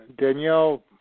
Danielle